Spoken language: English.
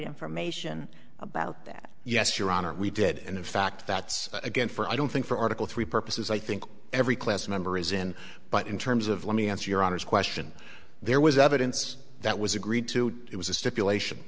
information about that yes your honor we did and in fact that's again for i don't think for article three purposes i think every class member is in but in terms of let me answer your honor's question there was evidence that was agreed to it was a stipulation